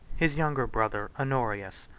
his younger brother honorius,